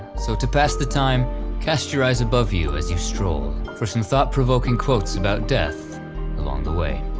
so to pass the time cast your eyes above you as you stroll for some thought-provoking quotes about death along the way.